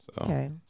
Okay